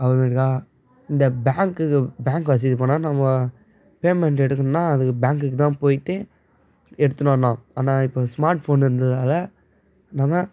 அப்புறமேட்டுக்கா இந்த பேங்க்குக்கு பேங்க் வசதி போனால் நம்ம பேமெண்ட்டு எடுக்கணும்னா அதுக்கு பேங்க்குக்கு தான் போய்ட்டு எடுத்துன்னு வரணும் ஆனால் இப்போ ஸ்மார்ட் ஃபோன் இருந்ததால் நம்ம